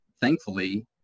thankfully